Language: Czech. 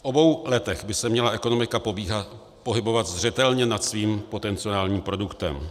V obou letech by se měla ekonomika pohybovat zřetelně nad svým potenciálním produktem.